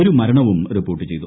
ഒരു മരണവും റിപ്പോർട്ട് ചെയ്തു